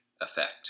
effect